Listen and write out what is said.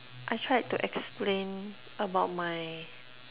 I tried to explain about my